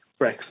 Brexit